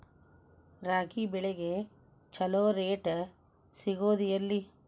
ರಾಗಿ ಬೆಳೆಗೆ ಛಲೋ ರೇಟ್ ಸಿಗುದ ಎಲ್ಲಿ?